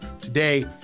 today